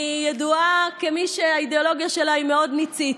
אני ידועה כמי שהאידיאולוגיה שלה היא מאוד ניצית.